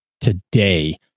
today